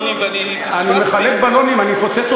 אתה מחלק בלונים ואני פספסתי?